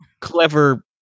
clever